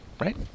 Right